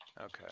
Okay